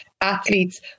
athletes